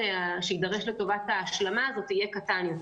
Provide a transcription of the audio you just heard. שיידרש לטובת ההשלמה הזאת יהיה קטן יותר.